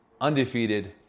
undefeated